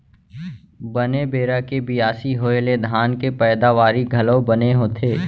बने बेरा के बियासी होय ले धान के पैदावारी घलौ बने होथे